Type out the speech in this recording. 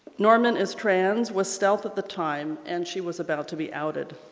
norman is trans, was stealth at the time, and she was about to be outed.